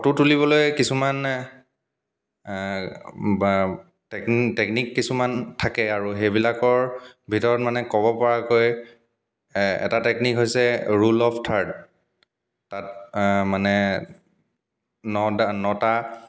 তুলিবলৈ কিছুমান টেকনিক কিছুমান থাকে আৰু সেইবিলাকৰ ভিতৰত মানে ক'ব পৰাকৈ এটা টেকনিক হৈছে ৰুল অফ থাৰ্ড তাত মানে নডা নটা